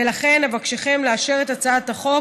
ולכן אבקשכם לאשר את הצעת החוק